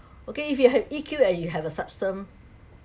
okay if you have E_Q and you have a substance